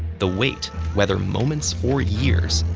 the wait, whether moments or years,